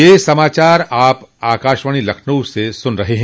ब्रे क यह समाचार आप आकाशवाणी लखनऊ से सुन रहे हैं